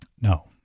No